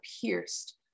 pierced